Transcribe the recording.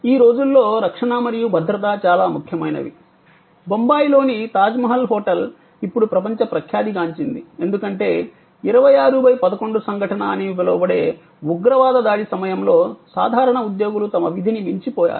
ఈ రోజుల్లో రక్షణ మరియు భద్రత చాలా ముఖ్యమైనవి బొంబాయిలోని తాజ్మహల్ హోటల్ ఇప్పుడు ప్రపంచ ప్రఖ్యాతి గాంచింది ఎందుకంటే 2611 సంఘటన అని పిలవబడే ఉగ్రవాద దాడి సమయంలో సాధారణ ఉద్యోగులు తమ విధిని మించిపోయారు